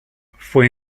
fue